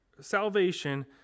salvation